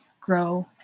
grow